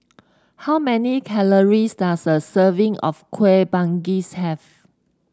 how many calories does a serving of Kueh Manggis have